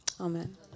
Amen